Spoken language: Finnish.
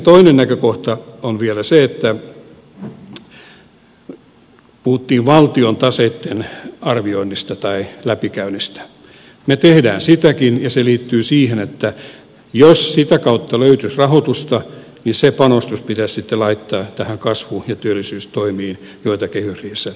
toinen näkökohta on vielä se kun puhuttiin valtion taseitten arvioinnista tai läpikäynnistä että me teemme sitäkin ja se liittyy siihen että jos sitä kautta löytyisi rahoitusta se panostus pitäisi sitten laittaa näihin kasvu ja työllisyystoimiin joita kehysriihessä tehdään